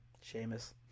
Sheamus